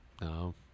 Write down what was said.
No